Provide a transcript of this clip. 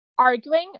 arguing